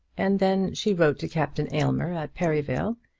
and then she wrote to captain aylmer at perivale,